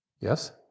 Yes